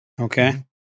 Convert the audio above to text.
Okay